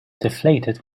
deflated